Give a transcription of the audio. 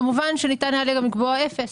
כשגם היה ניתן לקבוע אפס.